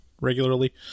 regularly